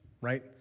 right